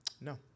No